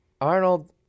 Arnold